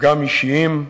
גם אישיים.